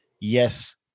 Yes